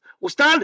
Ustad